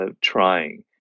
trying